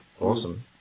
awesome